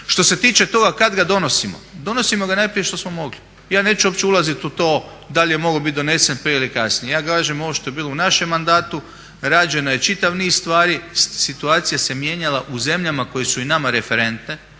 Što se tiče toga kad ga donosimo, donosimo ga najprije što smo mogli. Ja neću uopće ulaziti u to da li je mogao biti donesen prije ili kasnije, ja kažem ovo što je bilo u našem mandatu, rađen je čitav niz stvari, situacija se mijenjala u zemljama koje su i nama referentne,